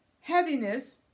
heaviness